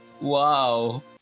Wow